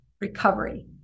recovery